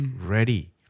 ready